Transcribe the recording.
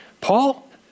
Paul